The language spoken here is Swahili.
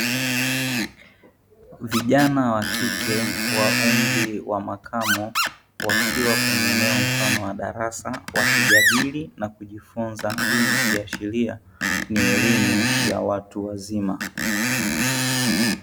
Vijana wa kike wa umri wa makamo wakiwa kwenye eneo mfano wa darasa wakijadili na kujifunza. Hii ikiashiria ni elimu ya watu wazima.